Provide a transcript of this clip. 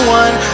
one